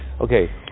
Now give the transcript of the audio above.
okay